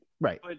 Right